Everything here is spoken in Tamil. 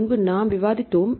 முன்பு நாம் விவாதித்தோம்